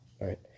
right